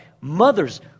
Mothers